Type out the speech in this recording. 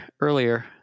earlier